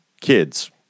kids